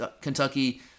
Kentucky